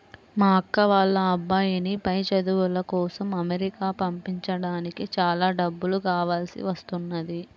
మా అక్క వాళ్ళ అబ్బాయిని పై చదువుల కోసం అమెరికా పంపించడానికి చాలా డబ్బులు కావాల్సి వస్తున్నది